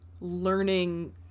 learning